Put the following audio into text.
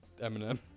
Eminem